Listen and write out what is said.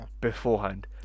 beforehand